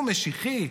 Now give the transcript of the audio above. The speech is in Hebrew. הוא משיחי,